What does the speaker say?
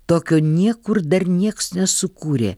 tokio niekur dar nieks nesukūrė